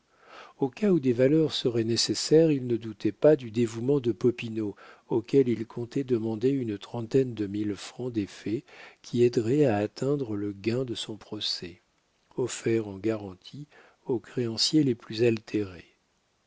au cas où des valeurs seraient nécessaires il ne doutait pas du dévouement de popinot auquel il comptait demander une trentaine de mille francs d'effets qui aideraient à atteindre le gain de son procès offert en garantie aux créanciers les plus altérés